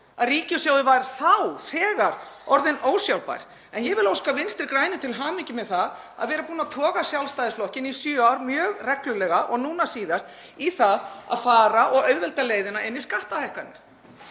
að ríkissjóður var þá þegar orðinn ósjálfbær. En ég vil óska Vinstri grænum til hamingju með það að vera búin að toga Sjálfstæðisflokkinn í sjö ár, mjög reglulega, og núna síðast að fara og auðvelda leiðina inn í skattahækkanir.